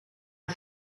een